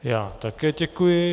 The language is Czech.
Já také děkuji.